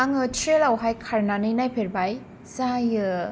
आङो ट्रेलावहाय खारनानै नायफेरबाय जायो